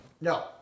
no